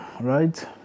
right